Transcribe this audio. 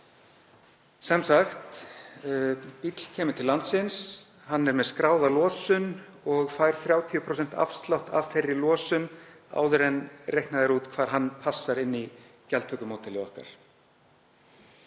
Sem sagt: Bíll kemur til landsins. Hann er með skráða losun og fær 30% afslátt af þeirri losun áður en reiknað er út hvar hann passar inn í gjaldtökumódelið okkar.